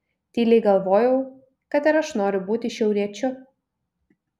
tyliai galvojau kad ir aš noriu būti šiauriečiu